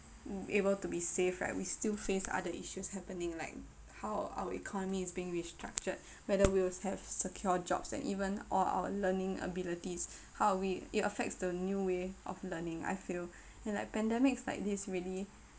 um able to be safe right we still face other issues happening like how our economy is being restructured whether we will have secure jobs and even all our learning abilities how are we it affects the new way of learning I feel and like pandemics like this really